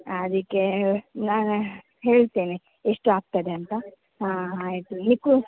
ಅದಕ್ಕೆ ನಾನು ಹೇಳ್ತೇನೆ ಎಷ್ಟು ಆಗ್ತದೆ ಅಂತ ಹಾಂ ಆಯಿತು ಇಕು